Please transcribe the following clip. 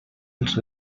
els